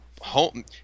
home